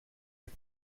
het